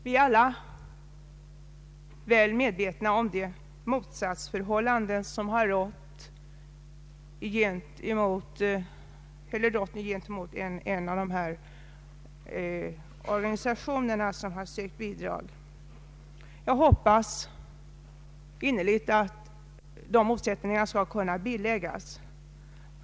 Vi är alla väl medvetna om det motsatsförhållande som har rått gentemot en av de organisationer som sökt bidrag. Jag hoppas innerligt att dessa motsättningar skall kunna biläggas.